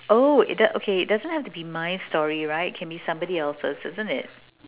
oh it doesn't okay it doesn't have to be my story right can be somebody else's isn't it